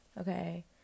Okay